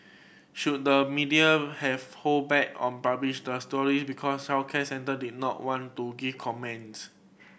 should the media have hold back on publish the story because our did not want to give comments